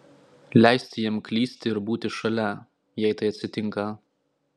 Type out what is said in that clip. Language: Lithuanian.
leisti jam klysti ir būti šalia jei tai atsitinka